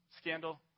scandal